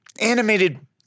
animated